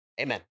amen